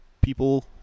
people